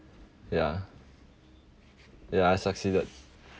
ya ya I succeeded